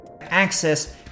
access